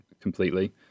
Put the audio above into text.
completely